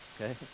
Okay